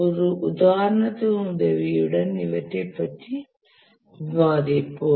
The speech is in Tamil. ஒரு உதாரணத்தின் உதவியுடன் இவற்றைப் பற்றி விவாதிப்போம்